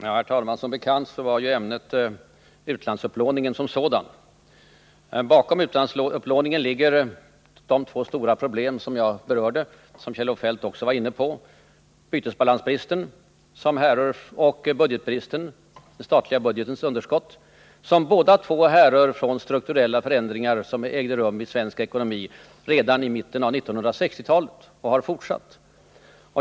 Herr talman! Som bekant var ämnet för interpellationen utlandsupplåningen som sådan. Bakom utlandsupplåningen ligger de två stora problem som jag berörde och som Kjell-Olof Feldt också var inne på: bytesbalansbristen och den statliga budgetens underskott, som bägge härrör ur strukturella förändringar som ägde rum i svensk ekonomi redan i mitten av 1960-talet och som sedan har fortsatt.